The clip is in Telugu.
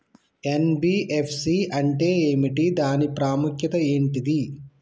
ఎన్.బి.ఎఫ్.సి అంటే ఏమిటి దాని ప్రాముఖ్యత ఏంటిది?